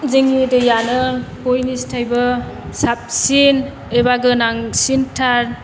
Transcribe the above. जोंनि दैयानो बयनिसथायबो साबसिन एबा गोनांसिनथार